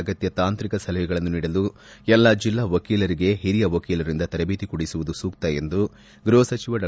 ಅಗತ್ಯ ತಾಂತ್ರಿಕ ಸಲಹೆಗಳನ್ನು ನೀಡಲು ಎಲ್ಲಾ ಜಿಲ್ಲಾ ವಕೀಲರಿಗೆ ಹಿರಿಯ ವಕೀಲರಿಂದ ತರಬೇತಿ ಕೊಡಿಸುವುದು ಸೂಕ್ತ ಎಂದು ಗೃಹ ಸಚಿವ ಡಾ